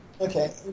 okay